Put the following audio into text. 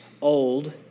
old